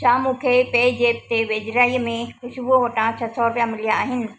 छा मूंखे पे ज़ेप्प ते वेझिड़ाईअ में खुशबू वटां छह रुपिया मिलिया आहिनि